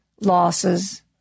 losses